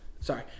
Sorry